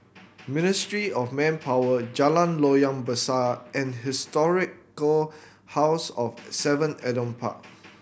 Ministry of Manpower Jalan Loyang Besar and Historic Go House of Seven Adam Park